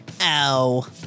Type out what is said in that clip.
Ow